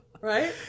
Right